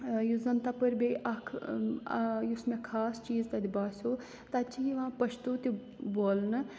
یُس زَن تَپٲرۍ بیٚیہِ اَکھ یُس مےٚ خاص چیٖز تَتہِ باسیو تَتہِ چھِ یِوان پٔشتوٗ تہِ بولنہٕ